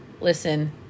Listen